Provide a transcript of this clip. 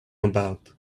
about